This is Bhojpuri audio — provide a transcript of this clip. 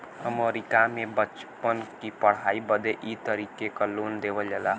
अमरीका मे बच्चन की पढ़ाई बदे ई तरीके क लोन देवल जाला